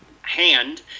hand